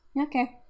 okay